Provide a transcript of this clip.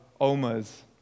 Omas